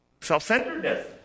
self-centeredness